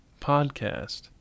podcast